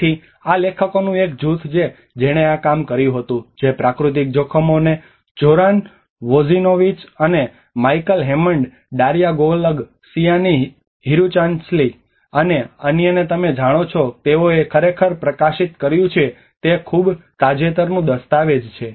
તેથી આ લેખકોનું એક જૂથ છે જેણે કામ કર્યું હતું જે પ્રાકૃતિક જોખમો અને જોરાન વોજિનોવિચ અને Michael Hammond Daria Golub Siani Hirunsalee અને અન્યને તમે જાણો છો કે તેઓએ ખરેખર પ્રકાશિત કર્યું છે તે ખૂબ તાજેતરનું દસ્તાવેજ છે